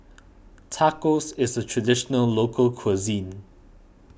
Tacos is a Traditional Local Cuisine